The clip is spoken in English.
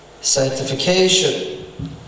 sanctification